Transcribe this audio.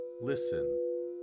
listen